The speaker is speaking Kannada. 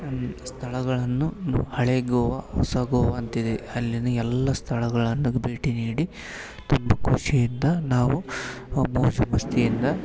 ಸ್ಥಳಗಳನ್ನು ನು ಹಳೆ ಗೋವಾ ಹೊಸ ಗೋವಾ ಅಂತಿದೆ ಅಲ್ಲಿನ ಎಲ್ಲಾ ಸ್ಥಳಗಳಿಗೆ ಭೇಟಿ ನೀಡಿ ತುಂಬ ಖುಷಿಯಿಂದ ನಾವು ಮೋಜು ಮಸ್ತಿಯಿಂದ